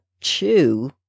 chew